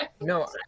no